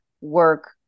work